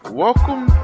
welcome